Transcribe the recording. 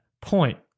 point